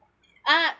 ah